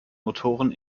motoren